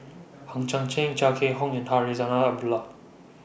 Hang Chang Chieh Chia Keng Hock and Zarinah Abdullah